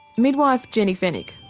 midwife jenny fenwick.